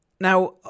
Now